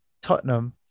Tottenham